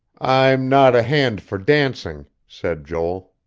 i'm not a hand for dancing, said joel.